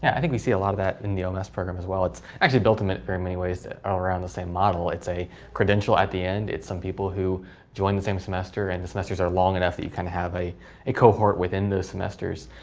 i think we see a lot of that in the um lms program as well. it's actually built um in very many ways around the same model. it's a credential at the end. it's some people who join the same semester, and the semesters are long enough that you kind of have a a cohort within the semesters.